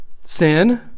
sin